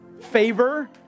Favor